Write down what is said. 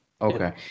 Okay